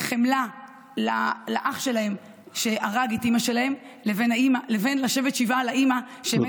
חמלה לאח שלהם שהרג את אימא שלהם לבין לשבת שבעה על האימא שמתה.